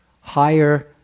higher